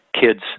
kids